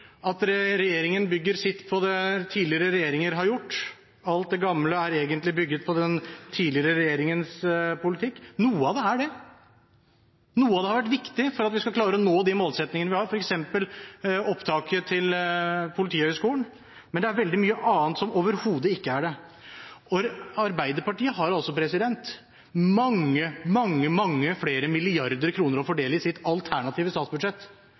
tidligere regjeringens politikk. Noe av det er det, noe av det har vært viktig for at man skal klare å nå de målsettingene man har, f.eks. om opptaket til Politihøgskolen. Men det er veldig mye annet som overhodet ikke er det. Arbeiderpartiet har altså mange, mange flere milliarder kroner å fordele i sitt alternative statsbudsjett,